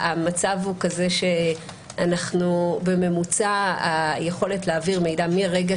המצב הוא כזה שהיכולת שלנו בממוצע להעביר מידע מהרגע